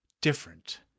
different